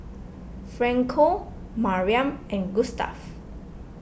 Franco Mariam and Gustaf